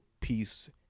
peace